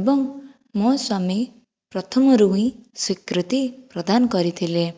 ଏବଂ ମୋ ସ୍ୱାମୀ ପ୍ରଥମରୁ ହିଁ ସ୍ଵୀକୃତି ପ୍ରଦାନ କରିଥିଲେ